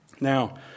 Now